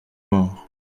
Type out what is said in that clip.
morts